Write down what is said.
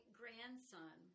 grandson